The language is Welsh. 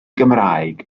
gymraeg